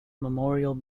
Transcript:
memorial